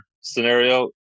scenario